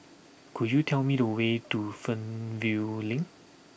could you tell me the way to Fernvale Link